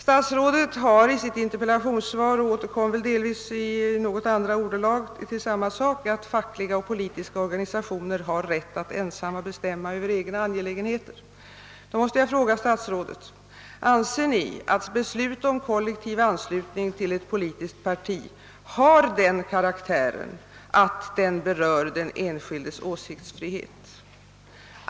Statsrådet har i sitt interpellationssvar skrivit — och han återkom nu till samma sak, delvis i andra ordalag — att fackliga och politiska organisationer ensamma har rätt att bestämma över egna angelägenheter. Då vill jag fråga: Anser statsrådet att beslut om kollektiv anslutning till ett politiskt parti har sådan karaktär att det berör den enskildes åsiktsfrihet?